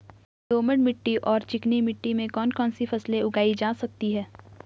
दोमट मिट्टी और चिकनी मिट्टी में कौन कौन सी फसलें उगाई जा सकती हैं?